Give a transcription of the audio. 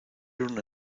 una